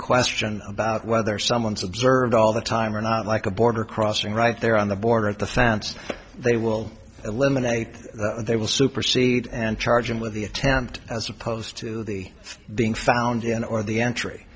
question about whether someone is observed all the time or not like a border crossing right there on the border at the fans they will eliminate they will supersede and charge him with the attempt as opposed to the being found in or the entry